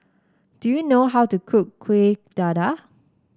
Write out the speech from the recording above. do you know how to cook Kuih Dadar